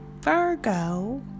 Virgo